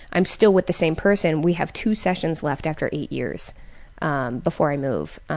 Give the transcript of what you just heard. i'm still with the same person. we have two sessions left after eight years um before i move.